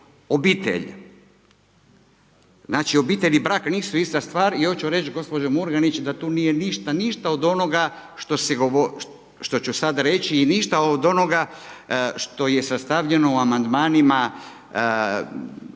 obitelj. Znači obitelj i brak nisu ista stvar i oću reć gospođo Murganić da tu nije ništa, ništa od onoga što ću sad reći, ništa od onoga što je sastavljeno u amandmanima drugih